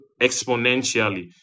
exponentially